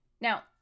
Now